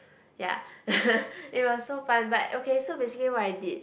ya it was so fun but okay so basically what I did